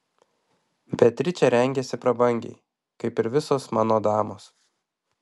beatričė rengiasi prabangiai kaip ir visos mano damos